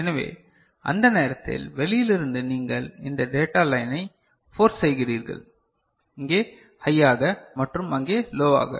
எனவே அந்த நேரத்தில் வெளியிலிருந்து நீங்கள் இந்த டேட்டா லைனை போர்ஸ் செய்கிறீர்கள் இங்கே ஹையாக மற்றும் அங்கே லோவாக